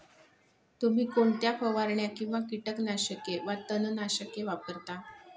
तुम्ही कोणत्या फवारण्या किंवा कीटकनाशके वा तणनाशके वापरता?